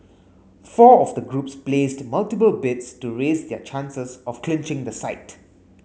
four of the groups placed multiple bids to raise their chances of clinching the site